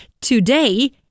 today